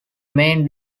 main